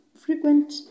Frequent